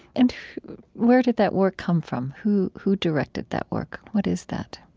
and where did that work come from? who who directed that work? what is that?